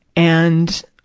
and,